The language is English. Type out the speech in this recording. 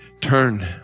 turn